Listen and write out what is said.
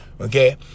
okay